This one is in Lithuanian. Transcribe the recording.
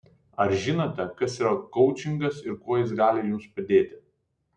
ar žinote kas yra koučingas ir kuo jis gali jums padėti